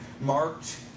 marked